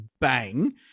bang